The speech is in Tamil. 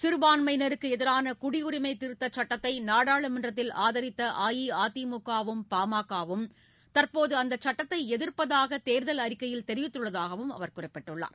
சிறுபான்மையினருக்கு எதிரான குடியுரிமை திருத்த சுட்டத்தை நாடாளுமன்றத்தில் ஆதித்த அஇஅதிமுக வும் பா ம க வும் தற்போது அந்த சுட்டத்தை எதிர்ப்பதாக தேர்தல் அறிக்கையில் தெரிவித்துள்ளதாகவும் அவர் குறிப்பிட்டார்